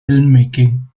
filmmaking